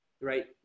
right